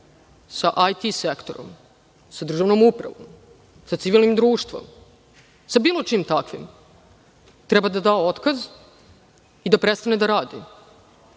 sa IT sektorom, sa državnom upravom, sa civilnim društvom, sa bilo čim takvim, treba da da otkaz i da prestane da radi?